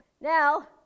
Now